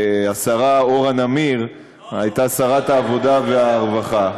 שהשרה אורה נמיר הייתה שרת העבודה והרווחה.